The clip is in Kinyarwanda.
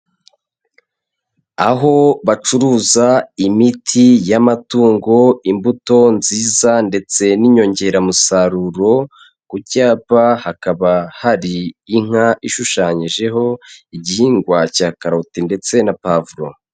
Aho bacuruza imiti y'amatungo, imbuto nziza ndetse n'inyongeramusaruro. Ku cyapa hakaba hari inka ishushanyijeho igihingwa cya karoti ndetse na pavuro.